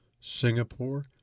Singapore